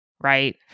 right